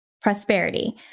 prosperity